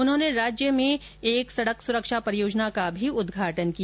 उन्होंने राज्य में एक सड़क सुरक्षा परियोजना का भी उदघाटन किया